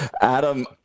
Adam